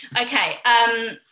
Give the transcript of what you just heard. Okay